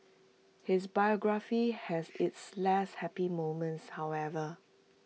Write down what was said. his biography has its less happy moments however